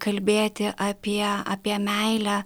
kalbėti apie apie meilę